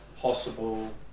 possible